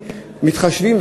ומתחשבים,